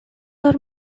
are